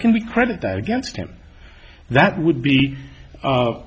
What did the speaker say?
can we credit that against him that would be